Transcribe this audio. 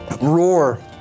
Roar